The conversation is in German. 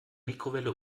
mikrowelle